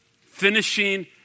finishing